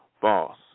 false